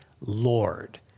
Lord